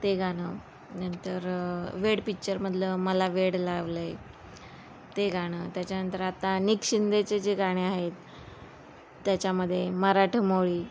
ते गाणं नंतर वेड पिच्चरमधलं मला वेड लावलंय ते गाणं त्याच्यानंतर आता नीक शिंदेचे जे गाणे आहेत त्याच्यामध्ये मराठमोळी